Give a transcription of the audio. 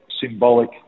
symbolic